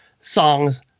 songs